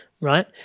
right